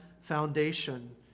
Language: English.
foundation